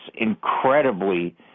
incredibly